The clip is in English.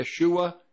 Yeshua